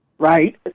Right